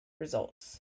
results